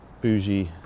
bougie